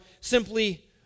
simply